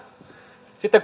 sitten